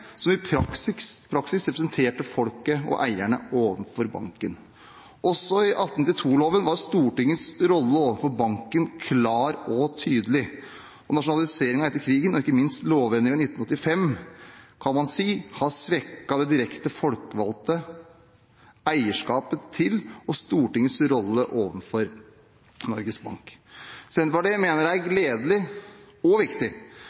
som i praksis representerte folket og eierne overfor banken. Også i 1892-loven var Stortingets rolle overfor banken klar og tydelig. Nasjonaliseringen etter krigen og ikke minst lovendringen i 1985 kan man si har svekket det direkte folkevalgte eierskapet til og Stortingets rolle overfor Norges Bank. Senterpartiet mener det er gledelig og viktig